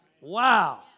Wow